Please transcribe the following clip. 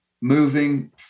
moving